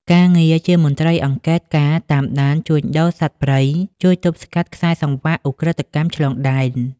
ការងារជាមន្ត្រីអង្កេតការណ៍តាមដានការជួញដូរសត្វព្រៃ ជួយទប់ស្កាត់ខ្សែសង្វាក់ឧក្រិដ្ឋកម្មឆ្លងដែន។